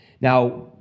Now